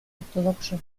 ortodoxo